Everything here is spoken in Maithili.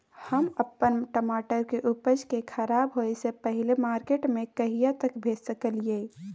हम अपन टमाटर के उपज के खराब होय से पहिले मार्केट में कहिया तक भेज सकलिए?